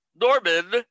Norman